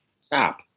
stop